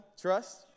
Trust